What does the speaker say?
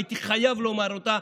והייתי חייב לומר אותה,